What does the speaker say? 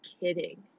kidding